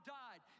died